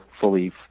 fully